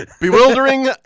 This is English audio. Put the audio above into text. Bewildering